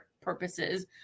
purposes